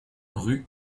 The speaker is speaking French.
rue